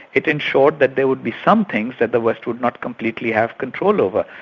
it ensured that there would be some things that the west would not completely have control over.